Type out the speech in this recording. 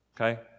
okay